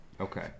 Okay